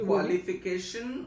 qualification